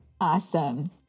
Awesome